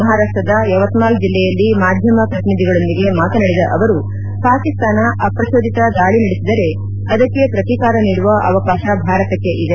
ಮಹಾರಾಷ್ಟದ ಯವತ್ನಾಲ್ ಜಿಲ್ಲೆಯಲ್ಲಿ ಮಾಧ್ಯಮ ಪ್ರತಿನಿಧಿಗಳೊಂದಿಗೆ ಮಾತನಾಡಿದ ಅವರು ಪಾಕಿಸ್ತಾನ ಅಪ್ರಜೋದಿತ ದಾಳಿ ನಡೆಸಿದರೆ ಅದಕ್ಕೆ ಪ್ರತೀಕಾರ ನೀಡುವ ಅವಕಾಶ ಭಾರತಕ್ಕೆ ಇದೆ